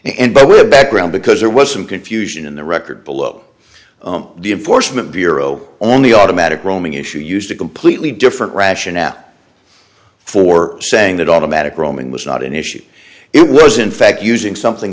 and but with a background because there wasn't confusion in the record below the enforcement bureau only automatic roaming issue used a completely different rationale for saying that automatic roaming was not an issue it was in fact using something